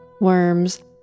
Worms